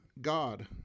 God